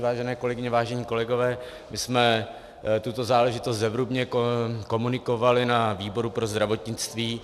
Vážené kolegyně, vážení kolegové, my jsme tuto záležitost zevrubně komunikovali na výboru pro zdravotnictví.